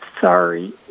sorry